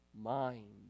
mind